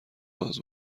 باز